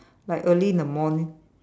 like early in the morning